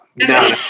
No